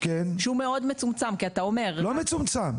שהוא מאוד מצומצם לא מצומצם,